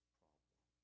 problem